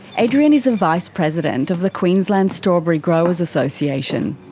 adrian is the vice-president of the queensland strawberry growers association.